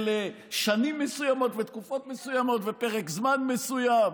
של שנים מסוימות ותקופות מסוימות ופרק זמן מסוים,